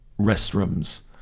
restrooms